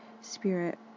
spirit